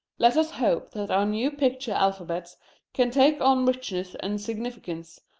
let us hope that our new picture-alphabets can take on richness and significance,